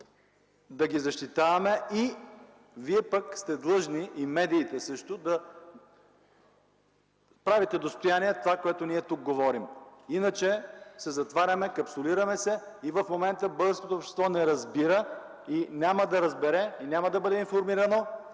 да ги защитаваме. Вие пък сте длъжни, и медиите също, да правите достояние това, което ние тук говорим. Иначе се затваряме, капсулираме се и в момента българското общество не разбира и няма да разбере, няма да бъде информирано